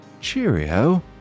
Cheerio